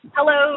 Hello